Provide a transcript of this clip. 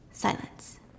silence